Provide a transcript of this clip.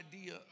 idea